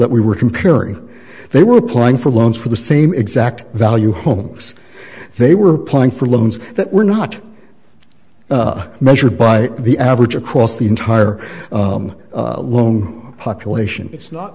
that we were comparing they were applying for loans for the same exact value homeless they were applying for loans that were not measured by the average across the entire loan population is not